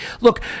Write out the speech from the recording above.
Look